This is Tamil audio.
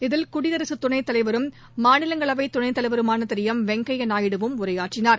இதில் குடியரசு துணைத் தலைவரும் மாநிலங்களவை துணைத் தலைவருமான திரு எம் வெங்கய்யா நாயுடுவும் உரையாற்றினார்